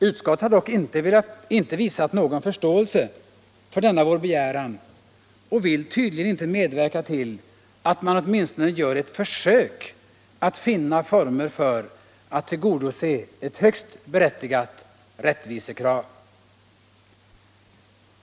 Utskottet har dock inte visat någon förståelse för denna vår begäran och vill tydligen inte medverka till att man åtminstone gör ett försök att finna former för att tillgodose ett högst berättigat rättvisekrav!